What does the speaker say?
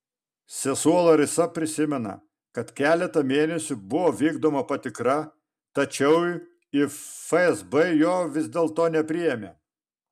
sesuo larisa prisimena kad keletą mėnesių buvo vykdoma patikra tačiau į fsb jo vis dėlto nepriėmė